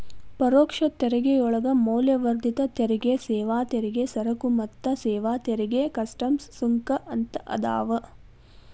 ಪರೋಕ್ಷ ತೆರಿಗೆಯೊಳಗ ಮೌಲ್ಯವರ್ಧಿತ ತೆರಿಗೆ ಸೇವಾ ತೆರಿಗೆ ಸರಕು ಮತ್ತ ಸೇವಾ ತೆರಿಗೆ ಕಸ್ಟಮ್ಸ್ ಸುಂಕ ಅಂತ ಅದಾವ